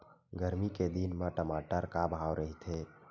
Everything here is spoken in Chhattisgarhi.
गरमी के दिन म टमाटर का भाव रहिथे?